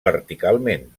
verticalment